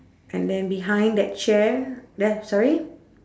and then behind that chair there sorry